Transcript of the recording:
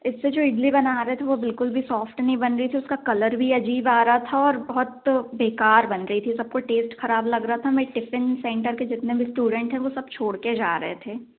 इससे जो इडली बना रहे थे वह बिल्कुल भी सॉफ़्ट नहीं बन रही थी उसका कलर भी अजीब आ रहा था और बहुत बेकार बन रही थी सबको टेस्ट ख़राब लग रहा था हमारे टिफ़िन सेंटर के जितने भी स्टूडेंट हैं वह सब छोड़ कर जा रहे थे